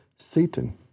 Satan